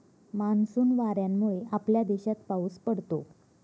monsoon वाऱ्यांमुळे आपल्या देशात पाऊस पडतो